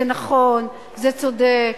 זה נכון, זה צודק.